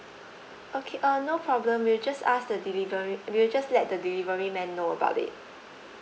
okay uh no problem we'll just ask the delivery we'll just let the delivery man know about it